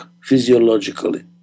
physiologically